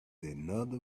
another